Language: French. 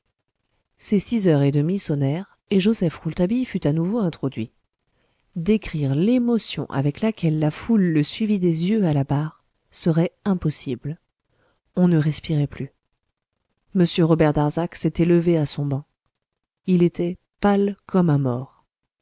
ces six heures et demie sonnèrent et joseph rouletabille fut à nouveau introduit décrire l'émotion avec laquelle la foule le suivit des yeux à la barre serait impossible on ne respirait plus m robert darzac s'était levé à son banc il était pâle comme un mort